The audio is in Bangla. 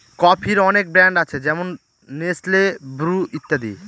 কফির অনেক ব্র্যান্ড আছে যেমন নেসলে, ব্রু ইত্যাদি